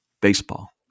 baseball